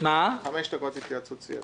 חמש דקות התייעצות סיעתית.